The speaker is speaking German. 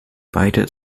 beide